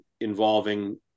involving